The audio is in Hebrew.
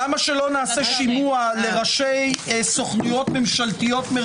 למה שלא נעשה שימוע לראשי סוכנויות ממשלתיות מרכזיות?